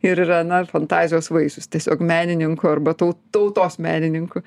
ir yra na fantazijos vaisius tiesiog menininkų arba tau tautos menininkų